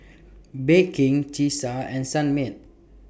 Bake King Cesar and Sunmaid